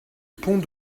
pont